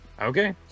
Okay